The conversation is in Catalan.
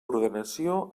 ordenació